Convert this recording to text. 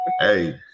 Hey